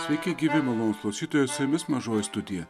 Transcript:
sveiki gyvi malonūs klausytojai su jumis mažoji studija